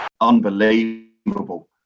Unbelievable